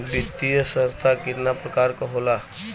वित्तीय संस्था कितना प्रकार क होला?